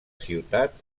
ciutat